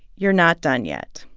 you're not done yet.